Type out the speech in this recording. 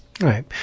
Right